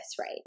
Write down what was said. right